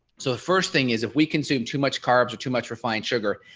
so the first thing is if we consume too much carbs or too much refined sugar,